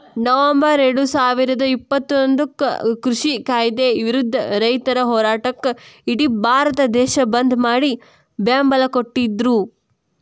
November ಎರಡುಸಾವಿರದ ಇಪ್ಪತ್ತೊಂದಕ್ಕ ಕೃಷಿ ಕಾಯ್ದೆ ವಿರುದ್ಧ ರೈತರ ಹೋರಾಟಕ್ಕ ಇಡಿ ಭಾರತ ದೇಶ ಬಂದ್ ಮಾಡಿ ಬೆಂಬಲ ಕೊಟ್ಟಿದ್ರು